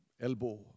elbow